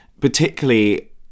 particularly